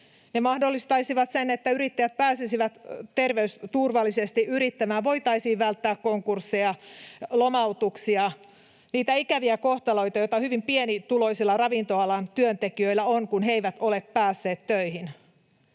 Ne mahdollistaisivat sen, että yrittäjät pääsisivät terveysturvallisesti yrittämään, voitaisiin välttää konkursseja, lomautuksia, niitä ikäviä kohtaloita, joita hyvin pienituloisilla ravintola-alan työntekijöillä on, kun he eivät ole päässeet töihin.